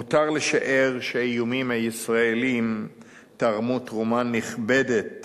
מותר לשער שהאיומים הישראליים תרמו תרומה נכבדת